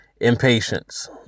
impatience